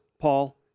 Paul